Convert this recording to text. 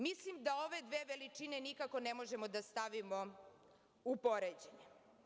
Mislim da ove dve veličine nikako ne možemo da stavimo u poređenje.